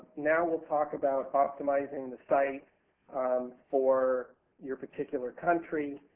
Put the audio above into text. now, weill talk about optimizing the site for your particular country.